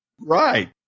Right